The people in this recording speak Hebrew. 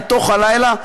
אל תוך הלילה,